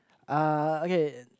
uh okay